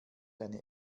eine